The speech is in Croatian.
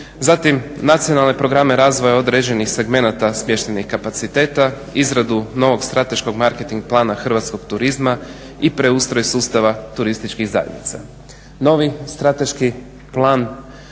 Zatim nacionalne programe razvoja određenih segmenata smještenih kapaciteta, izradu novog strateškog marketing plana hrvatskog turizma i preustroj sustava turističkih zajednica. Novi strateški plan, novi